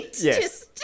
Yes